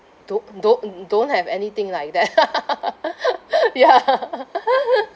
do~ do~ don't have anything like that ya